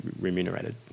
remunerated